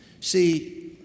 See